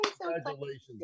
Congratulations